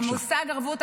המושג ערבו הדדית,